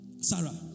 Sarah